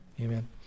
Amen